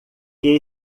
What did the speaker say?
que